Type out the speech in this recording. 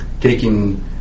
taking